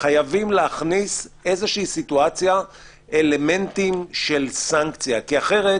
חייבים להכניס אלמנטים של סנקציה, כי אחרת